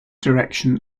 direction